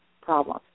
problem